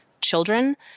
children